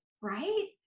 right